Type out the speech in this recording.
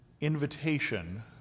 invitation